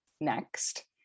next